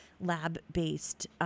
lab-based